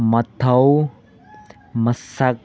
ꯃꯊꯧ ꯃꯁꯛ